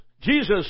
Jesus